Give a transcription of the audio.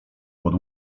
pod